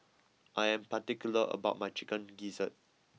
I am particular about my Chicken Gizzard